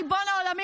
ריבון העולמים,